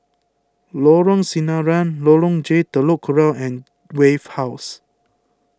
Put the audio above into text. Lorong Sinaran Lorong J Telok Kurau and Wave House